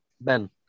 Ben